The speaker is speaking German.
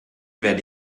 werde